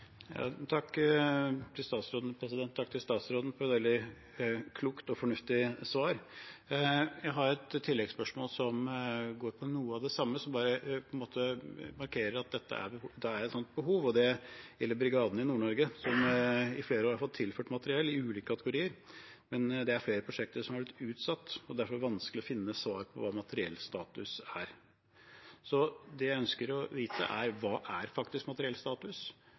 statsråden for et veldig klokt og fornuftig svar. Jeg har et tilleggsspørsmål som går ut på noe av det samme, og som på en måte bare markerer at det er et sånt behov. Det gjelder brigaden i Nord-Norge, som i flere år har fått tilført materiell i ulike kategorier, men det er flere prosjekter som har blitt utsatt, og det er derfor vanskelig å finne svar på hva materiellstatus er. Det jeg ønsker å vite, er hva som er faktisk materiellstatus.